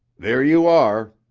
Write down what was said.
there you are.